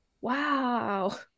wow